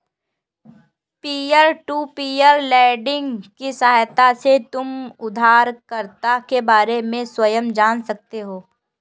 peer to peer lending की सहायता से तुम उधारकर्ता के बारे में स्वयं जान सकते हो